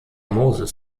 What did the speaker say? moses